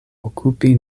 okupi